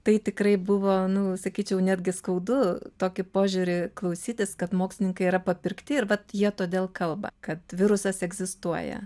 tai tikrai buvo nu sakyčiau netgi skaudu tokį požiūrį klausytis kad mokslininkai yra papirkti ir vat jie todėl kalba kad virusas egzistuoja